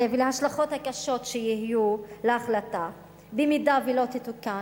ולהשלכות הקשות שיהיו להחלטה במידה שלא תתוקן,